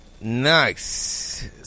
Nice